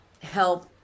help